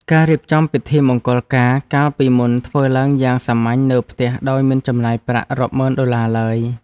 ការរៀបចំពិធីមង្គលការកាលពីមុនធ្វើឡើងយ៉ាងសាមញ្ញនៅផ្ទះដោយមិនចំណាយប្រាក់រាប់ម៉ឺនដុល្លារឡើយ។